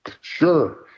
Sure